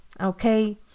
okay